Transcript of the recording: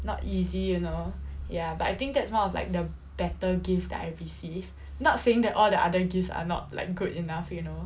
not easy you know ya but I think that's more of like the better gift that I received not saying that all the other gifts are not like good enough you know